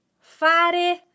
fare